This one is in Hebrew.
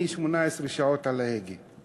אני 18 שעות על ההגה.